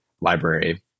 library